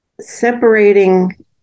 Separating